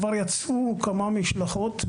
כבר יצאו כמה משלחות.